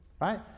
right